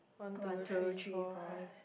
one two three four